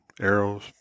arrows